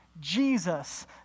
Jesus